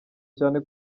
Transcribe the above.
cyane